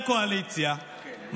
לא כל כך מזמן חבר קואליציה,